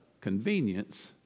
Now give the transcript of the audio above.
convenience